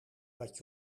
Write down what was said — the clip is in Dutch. wat